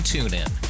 TuneIn